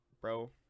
Bro